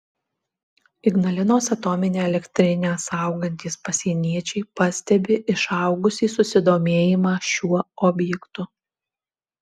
ignalinos atominę elektrinę saugantys pasieniečiai pastebi išaugusį susidomėjimą šiuo objektu